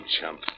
chump